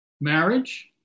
marriage